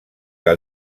que